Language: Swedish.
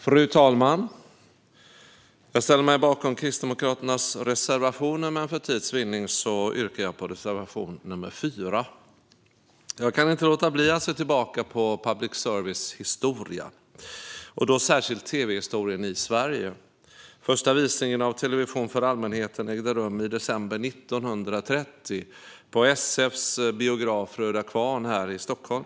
Fru talman! Jag ställer mig bakom Kristdemokraternas reservationer, men för tids vinnande yrkar jag bifall endast till reservation nr 4. Jag kan inte låta bli att se tillbaka på public services historia - särskilt tv-historien i Sverige. Första visningen av television för allmänheten ägde rum i december 1930 på SF:s biograf Röda Kvarn här i Stockholm.